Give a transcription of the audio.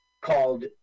called